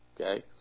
okay